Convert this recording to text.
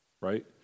right